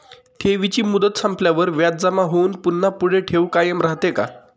ठेवीची मुदत संपल्यावर व्याज जमा होऊन पुन्हा पुढे ठेव कायम राहते का?